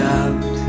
out